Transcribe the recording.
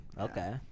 okay